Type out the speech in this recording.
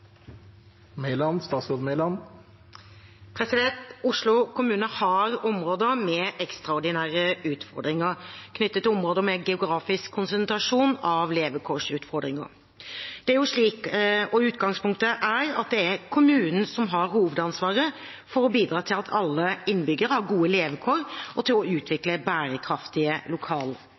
Oslo kommune har områder med ekstraordinære utfordringer knyttet til geografisk konsentrasjon av levekårsutfordringer. Utgangspunktet er at det er kommunen som har hovedansvaret for å bidra til at alle innbyggere har gode levekår, og for å utvikle bærekraftige